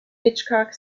hitchcock